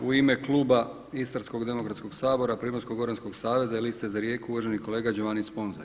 U ime Kluba Istarskog demokratskog sabora, Primorsko-goranskog saveza i Liste za Rijeku uvaženi kolega Giovanni Sponza.